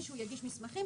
מישהו יגיש מסמכים,